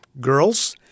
girls